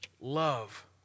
love